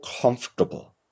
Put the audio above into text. comfortable